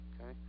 Okay